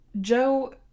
Joe